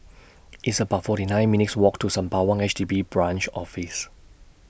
It's about forty nine minutes' Walk to Sembawang H D B Branch Office